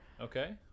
Okay